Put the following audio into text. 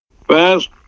Fast